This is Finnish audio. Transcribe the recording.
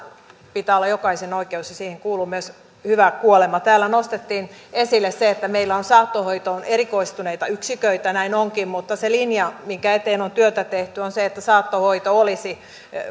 pitää olla jokaisen oikeus ja siihen kuuluu myös hyvä kuolema täällä nostettiin esille se että meillä on saattohoitoon erikoistuneita yksiköitä näin onkin mutta se linja minkä eteen on työtä tehty on se että saattohoito olisi